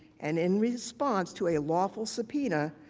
and in response to a lawful subpoena,